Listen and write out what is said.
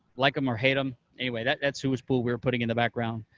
like him or hate him. anyway, that's that's who's pool we were putting in the background.